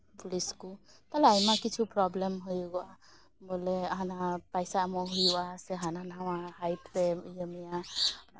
police ᱠᱚ ᱛᱟᱞᱦᱮ ᱟᱭᱢᱟ ᱠᱤᱪᱷᱩ ᱯᱨᱚᱵᱽᱞᱮᱢ ᱦᱩᱭᱩᱜᱚᱜᱼᱟ ᱵᱚᱞᱮ ᱦᱟᱱᱟ ᱯᱟᱭᱥᱟ ᱮᱢᱚᱜ ᱦᱩᱭᱩᱜᱚᱜᱼᱟ ᱥᱮ ᱦᱟᱱᱟᱼᱱᱟᱣᱟ ᱦᱟᱭᱤᱴ ᱨᱮ ᱤᱭᱟᱹ ᱤᱭᱟᱹ ᱢᱮᱭᱟᱭ